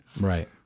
Right